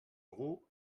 algú